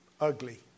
ugly